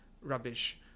rubbish